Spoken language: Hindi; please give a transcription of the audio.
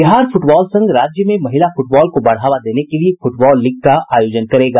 बिहार फूटबॉल संघ राज्य में महिला फूटबॉल को बढ़ावा देने के लिए फूटबॉल लीग का आयोजन करेगा